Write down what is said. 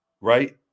Right